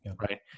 right